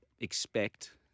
expect